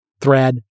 thread